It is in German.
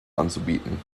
anzubieten